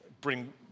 bring